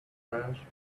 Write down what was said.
french